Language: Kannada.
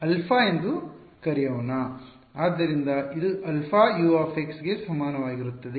ಆದ್ದರಿಂದ ಇದು αU ಗೆ ಸಮಾನವಾಗಿರುತ್ತದೆ